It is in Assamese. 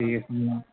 ঠিক আছে